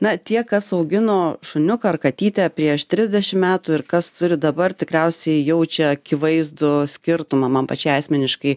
na tie kas augino šuniuką ar katytę prieš trisdešimt metų ir kas turi dabar tikriausiai jaučia akivaizdų skirtumą man pačiai asmeniškai